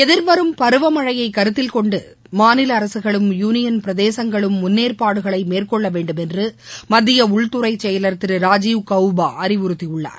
எதிர்வரும் பருவமனழயை கருத்தில் கொண்டு மாநில அரசுகளும் யூனியன் பிரதேசங்களும் முன்னேற்பாடுகளை மேற்கொள்ளவேண்டும் என்று மத்திய உள்துறைச்செயலர் திரு ராஜீவ் கவுபா அறிவுறுத்தியுள்ளார்